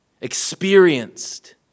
experienced